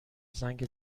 زنگ